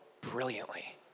brilliantly